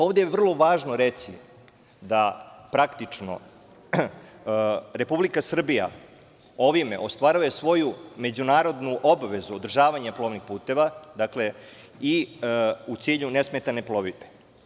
Ovde je vrlo važno reći da praktično Republika Srbija ovime ostvaruje svoju međunarodnu obavezu, održavanje plovnih puteva, dakle i u cilju nesmetane plovidbe.